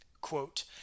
quote